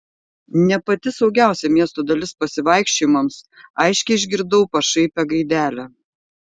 ne pati saugiausia miesto dalis pasivaikščiojimams aiškiai išgirdau pašaipią gaidelę